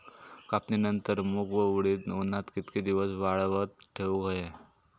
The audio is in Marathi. कापणीनंतर मूग व उडीद उन्हात कितके दिवस वाळवत ठेवूक व्हये?